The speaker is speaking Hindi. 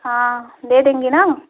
हाँ दे देंगी ना